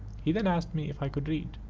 he then asked me if i could read?